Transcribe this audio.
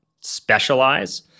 specialize